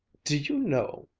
do you know,